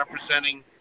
representing